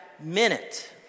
minute